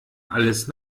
alles